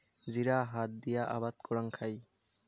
জিরা হাত দিয়া আবাদ করাং খাই